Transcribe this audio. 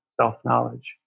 self-knowledge